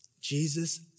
Jesus